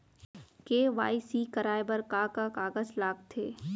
KYC कराये बर का का कागज लागथे?